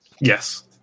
Yes